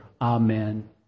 Amen